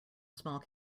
small